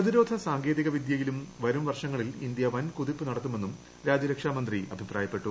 പ്രതിരോധ സാങ്കേതിക വിദിയയിലും വരും വർഷങ്ങളിൽ ഇന്ത്യ വൻ കുതിപ്പു നടത്തുമെന്നും രാജ്യരക്ഷാ മന്ത്രി അഭിപ്രായപ്പെട്ടു